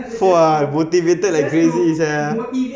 !wah! motivated like crazy sia